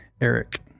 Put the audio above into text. Eric